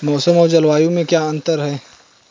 मौसम और जलवायु में क्या अंतर?